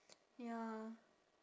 ya